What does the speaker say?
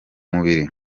mubiri